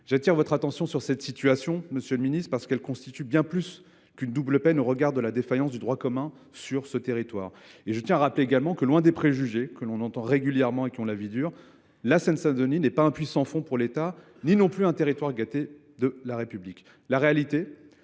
J’attire votre attention sur cette situation, monsieur le ministre, parce qu’elle constitue bien plus qu’une double peine au regard de la défaillance du droit commun sur ce territoire. Je tiens à rappeler que, loin des préjugés qui ont la vie dure, la Seine Saint Denis n’est ni un puits sans fond pour l’État, ni un territoire gâté de la République. La réalité,